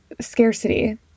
scarcity